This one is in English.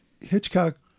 hitchcock